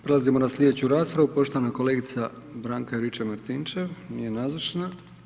Prelazimo na slijedeću raspravu, poštovana kolegica Branka Juričev Martinčev, nije nazočna.